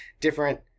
different